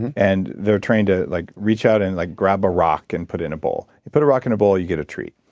and they're trained to like reach out and like grab a rock and put in a bowl you put a rock in a bowl, you get a treat.